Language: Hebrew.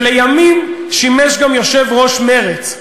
שלימים שימש גם יושב-ראש מרצ.